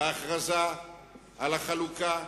בהכרזה על החלוקה.